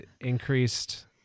increased